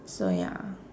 so ya